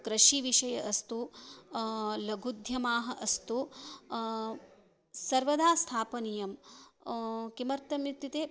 कृषिविषये अस्तु लघुद्यमाः अस्तु सर्वदा स्थापनीयं किमर्थम् इत्युक्ते